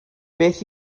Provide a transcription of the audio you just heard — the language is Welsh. beth